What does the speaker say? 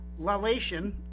Lalation